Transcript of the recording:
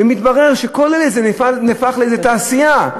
ומתברר שכל זה הפך לתעשייה.